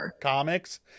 comics